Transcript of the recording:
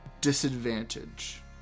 disadvantage